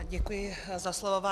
Děkuji za slovo.